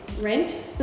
rent